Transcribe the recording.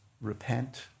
Repent